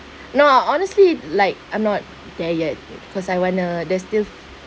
no honestly like I'm not there yet cause I want to there's still